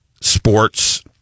sports